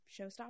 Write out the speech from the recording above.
showstopper